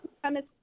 premise